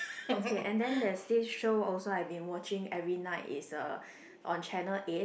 okay and then there's this show also I've been watching every night is uh on channel eight